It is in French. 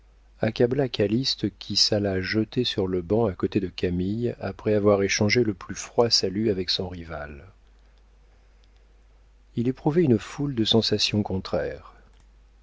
accabla calyste qui s'alla jeter sur le banc à côté de camille après avoir échangé le plus froid salut avec son rival il éprouvait une foule de sensations contraires